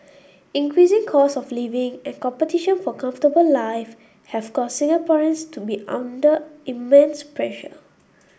increasing costs of living and competition for comfortable life have caused Singaporeans to be under immense pressure